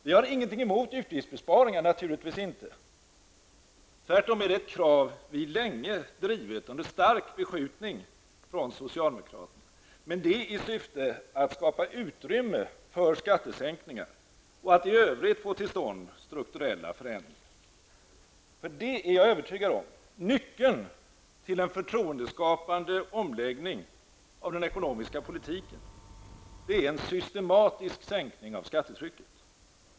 Vi är naturligtvis inte emot utgiftsminskningar. Tvärtom har vi länge framfört krav på sådana, samtidigt som vi starkt beskjutits av socialdemokraterna. Men syftet har varit att skapa utrymme för skattesänkningar och att i övrigt få till stånd strukturella förändringar. Jag är övertygad om att nyckeln till en förtroendeskapande omläggning av den ekonomiska politiken är en systematisk sänkning av skattetrycket.